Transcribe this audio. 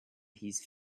his